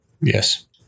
yes